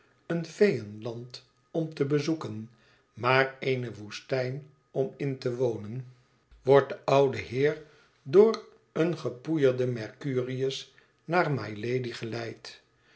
een feeënland om te bezoeken maar eene woestijn om in te wonen wordt de oude heer door een gepoeierden mercurius naar mylady geleid